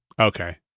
Okay